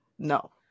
No